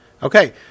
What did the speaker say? Okay